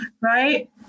Right